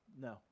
no